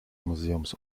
museums